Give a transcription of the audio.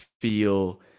feel